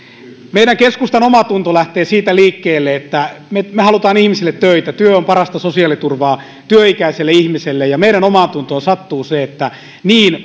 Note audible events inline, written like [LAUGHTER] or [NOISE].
meidän keskustan omatunto lähtee siitä liikkeelle että me me haluamme ihmisille töitä työ on parasta sosiaaliturvaa työikäiselle ihmiselle ja meidän omaantuntoomme sattuu se että niin [UNINTELLIGIBLE]